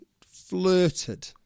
flirted